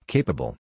Capable